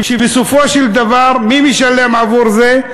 שבסופו של דבר, מי משלם עבור זה?